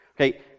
Okay